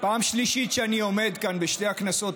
פעם שלישית שאני עומד כאן בשתי הכנסות